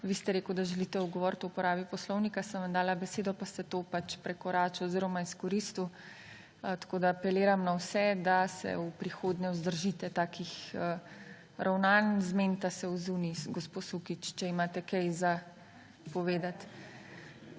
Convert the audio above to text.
Vi ste rekli, da želite govoriti o uporabi poslovnika, sem vam dala besedo, pa ste to pač prekoračili oziroma izkoristili, tako da apeliram na vse, da se v prihodnje vzdržite takih ravnanj. Zmenite se zunaj z gospo Sukič, če ji imate kaj povedati.